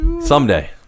Someday